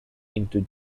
into